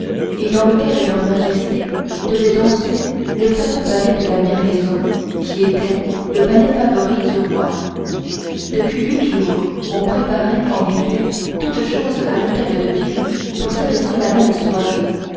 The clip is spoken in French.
et dans lequel leurs majestés devaient danser le fameux ballet de la merlaison qui était le ballet favori du roi depuis huit jours on préparait en effet toutes choses à l'hôtel de ville pour cette solennelle soirée